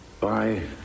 bye